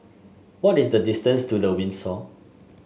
what is the distance to The Windsor